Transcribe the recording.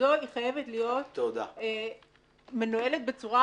וככזו היא חייבת להיות מנוהלת בצורה